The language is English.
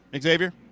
Xavier